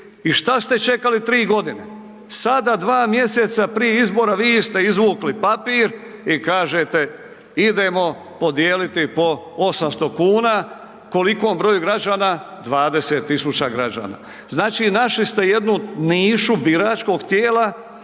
i šta ste čekali 3.g.? Sada 2 mjeseca prije izbora vi ste izvukli papir i kažete idemo podijeliti po 800,00 kn. Kolikom broju građana? 20 000 građana. Znači, našli ste jednu nišu biračkog tijela